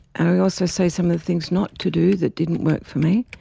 and i also say some the things not to do that didn't work for me,